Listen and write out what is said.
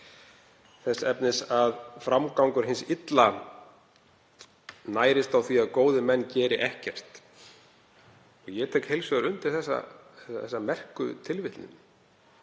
þess efnis að framgangur hins illa nærðist á því að góðir menn gerðu ekkert. Ég tek heils hugar undir þessa merku tilvitnun.